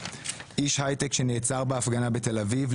איש היי-טק שנעצר בהפגנה בתל אביב,